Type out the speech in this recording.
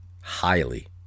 highly